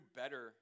better